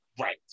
Right